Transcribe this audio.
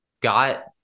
Got